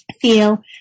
feel